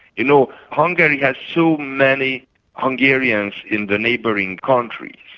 you know, hungary has so many hungarians in the neighbouring countries.